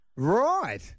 Right